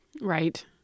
Right